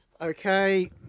Okay